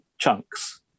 chunks